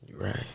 Right